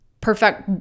perfect